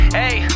hey